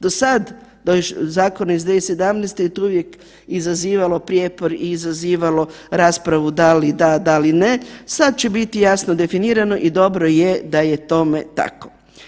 Do sada do još zakona iz 2017. to je uvijek izazivalo prijepor i izazivalo raspravu da li da, da li ne, sad će biti jasno definirano i dobro je da je tome tako.